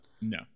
No